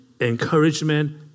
Encouragement